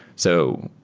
so,